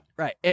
Right